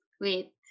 wait